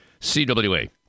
CWA